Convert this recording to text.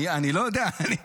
אני לא יודע,